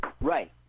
Right